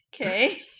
okay